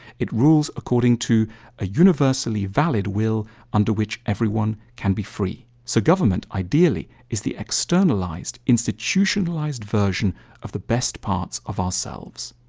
it rules according to a universally valid will under which everyone can be free, so government ideally is the externalized, institutionalized version of the best parts of ourselves.